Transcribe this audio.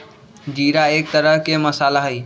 जीरा एक तरह के मसाला हई